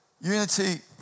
unity